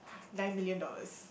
nine million dollars